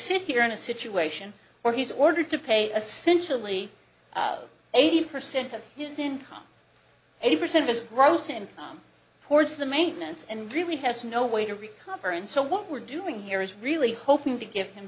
sit here in a situation where he's ordered to pay a sensually eighty percent of his income eighty percent is gross and towards the maintenance and really has no way to recover and so what we're doing here is really hoping to give him